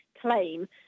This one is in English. claim